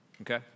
Okay